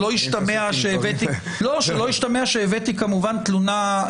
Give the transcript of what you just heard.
שלא ישתמע שהבאתי כמובן תלונה,